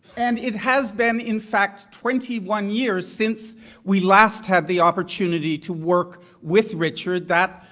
and it has been, in fact, twenty one years since we last had the opportunity to work with richard, that,